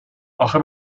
اخه